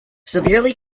severely